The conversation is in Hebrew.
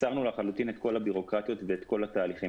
הסרנו לחלוטין את כל הבירוקרטיות ואת כל התהליכים.